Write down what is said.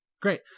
Great